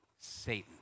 Satan